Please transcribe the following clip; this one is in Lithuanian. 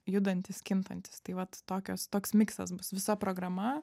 judantis kintantis tai vat tokios toks miksas bus visa programa